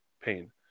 pain